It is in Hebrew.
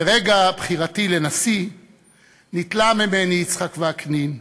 מרגע בחירתי לנשיא ניטלה ממני, יצחק וקנין,